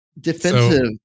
defensive